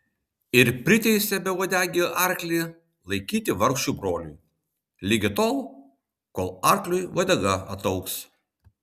ir priteisė beuodegį arklį laikyti vargšui broliui ligi tol kol arkliui uodega ataugs